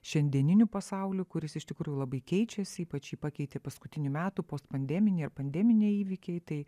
šiandieniniu pasauliu kuris iš tikrųjų labai keičiasi ypač jį pakeitė paskutinių metų post pandeminiai ir pandeminiai įvykiai tai